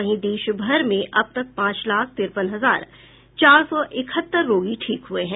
वहीं देश भर में अब तक पांच लाख तिरपन हजार चार सौ इकहत्तर रोगी ठीक हुए हैं